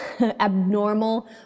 abnormal